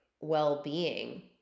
well-being